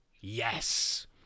yes